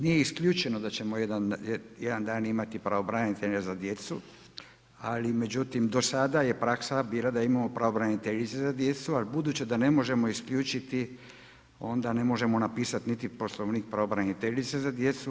Nije isključeno da ćemo jedan dan imati pravobranitelja za djecu, ali međutim do sada je praksa bila da imamo pravobraniteljice za djecu, ali budući da ne možemo isključiti, onda ne možemo napisati niti Poslovnik pravobraniteljice za djecu.